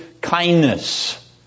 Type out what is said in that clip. kindness